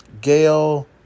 Gail